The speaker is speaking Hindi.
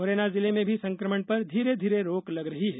मुरैना जिले में भी संकमण पर धीरे धीरे रोक लग रही है